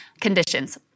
Conditions